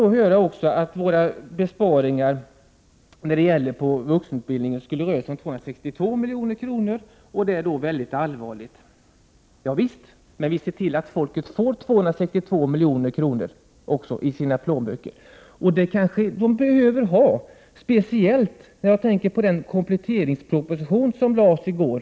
Det sades också att moderaternas förslag till besparingar på vuxenutbildningens område skulle röra sig om 262 milj.kr., vilket skulle vara mycket allvarligt. Ja, visst föreslår vi detta, men vi ser till att människor får 262 milj.kr. i sina plånböcker. Det kanske de behöver ha, speciellt med tanke på den kompletteringsproposition som lades fram i går. Där handlar det nämligen Prot.